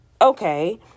okay